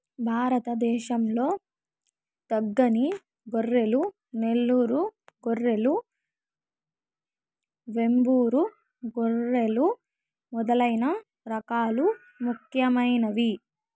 భారతదేశం లో దక్కని గొర్రెలు, నెల్లూరు గొర్రెలు, వెంబూరు గొర్రెలు మొదలైన రకాలు ముఖ్యమైనవి